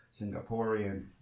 Singaporean